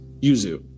yuzu